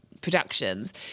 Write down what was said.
productions